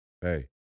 Hey